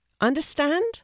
Understand